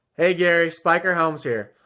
hey, gary, spiker helms here.